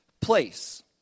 place